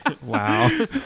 wow